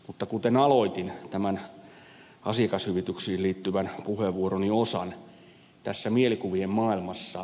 mutta kuten aloitin tämän asiakashyvityksiin liittyvän puheenvuoroni osan tässä mielikuvien maailmassa